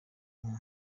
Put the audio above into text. nka